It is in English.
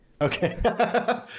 okay